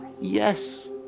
yes